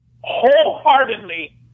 wholeheartedly